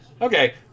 Okay